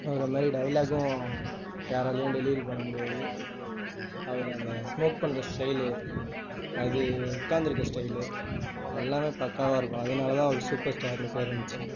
அவரை மாதிரி டைலாக்கும் யாராலேயும் டெலிவரி பண்ண முடியாது அவரு அந்த ஸ்மோக் பண்ற ஸ்டைலு அது உட்காந்துருக்குற ஸ்டைலு எல்லாமே பக்காவாக இருக்கும் அதனாலதான் அவரு சூப்பர் ஸ்டாருன்னு பேர் வந்துச்சு